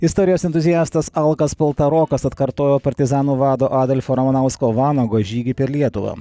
istorijos entuziastas alkas paltarokas atkartojo partizanų vado adolfo ramanausko vanago žygį per lietuvą